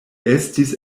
estis